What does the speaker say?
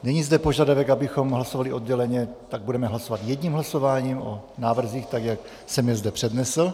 Není zde požadavek, abychom hlasovali odděleně, tak budeme hlasovat jedním hlasováním o návrzích, tak jak jsem je zde přednesl.